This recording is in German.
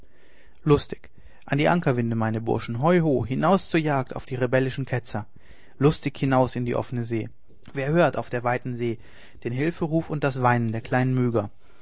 lustig an die ankerwinde meine burschen hoiho hinaus zur jagd auf die rebellischen ketzer lustig hinaus in die offene see wer hört auf der weiten see den hülferuf und das weinen der kleinen myga